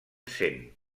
cent